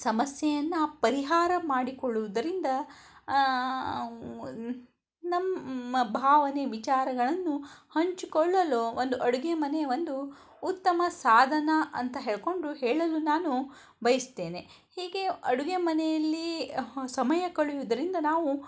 ಸಮಸ್ಯೆಯನ್ನು ಪರಿಹಾರ ಮಾಡಿಕೊಳ್ಳುವುದರಿಂದ ನಮ್ಮ ಭಾವನೆ ವಿಚಾರಗಳನ್ನು ಹಂಚಿಕೊಳ್ಳಲು ಒಂದು ಅಡುಗೆ ಮನೆ ಒಂದು ಉತ್ತಮ ಸಾಧನ ಅಂತ ಹೇಳಿಕೊಂಡು ಹೇಳಲು ನಾನು ಬಯಸುತ್ತೇನೆ ಹೀಗೇ ಅಡುಗೆ ಮನೆಯಲ್ಲಿ ಸಮಯ ಕಳೆಯುವುದರಿಂದ ನಾವು